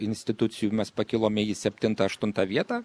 institucijų mes pakilome į septintą aštuntą vietą